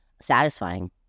satisfying